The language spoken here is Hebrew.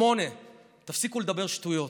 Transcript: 8. תפסיקו לדבר שטויות.